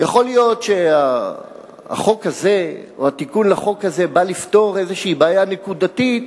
יכול להיות שהחוק הזה או התיקון לחוק הזה בא לפתור איזו בעיה נקודתית,